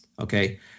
okay